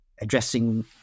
addressing